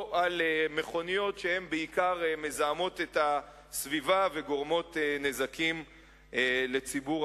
או על מכוניות שבעיקר מזהמות את הסביבה וגורמות נזקים לציבור.